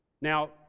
Now